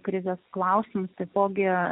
krizės klausimus taipogi